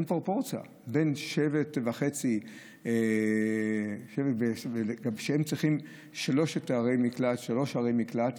אין פרופורציה בין שבט וחצי שצריך שלוש ערי מקלט,